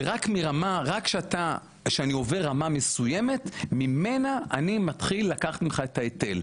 ורק כשאני עובר רמה מסוימת ממנה אני מתחיל לקחת ממך את ההיטל.